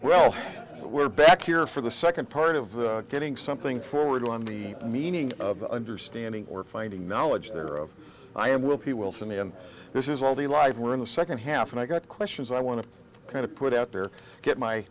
well we're back here for the second part of getting something forward on the meaning of understanding or finding knowledge there of i am well pete wilson me and this is all the live we're in the second half and i got questions i want to kind of put out there get my